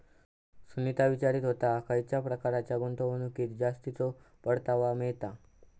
सुनीता विचारीत होता, खयच्या प्रकारच्या गुंतवणुकीत जास्तीचो परतावा मिळता?